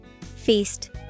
Feast